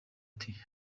iti